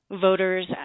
Voters